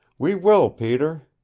we will, peter!